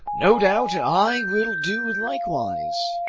no doubt i will do likewise.